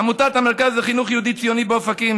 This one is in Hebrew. עמותת "המרכז לחינוך יהודי ציוני" באופקים,